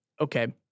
okay